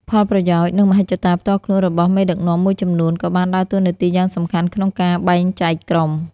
ផលប្រយោជន៍ និងមហិច្ឆតាផ្ទាល់ខ្លួនរបស់មេដឹកនាំមួយចំនួនក៏បានដើរតួនាទីយ៉ាងសំខាន់ក្នុងការបែងចែកក្រុម។